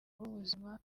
b’ubuzima